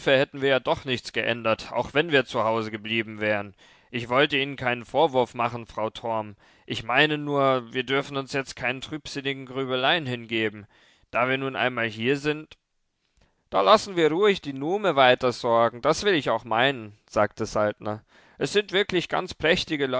hätten wir ja doch nichts geändert auch wenn wir zu hause geblieben wären ich wollte ihnen keinen vorwurf machen frau torm ich meine nur wir dürfen uns jetzt keinen trübsinnigen grübeleien hingeben da wir nun einmal hier sind da lassen wir ruhig die nume weitersorgen das will ich auch meinen sagte saltner es sind wirklich ganz